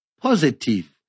Positive